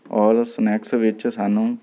ਔਰ ਸਨੈਕਸ ਵਿੱਚ ਸਾਨੂੰ